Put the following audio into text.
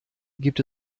gibt